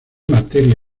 materia